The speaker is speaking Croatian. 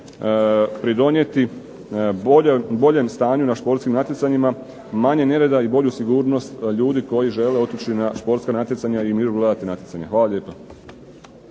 pridonijeti boljem stanju na športskim natjecanjima, manje nereda i bolju sigurnost ljudi koji žele otići na športska natjecanja i u miru gledati natjecanja. Hvala lijepa.